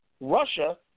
Russia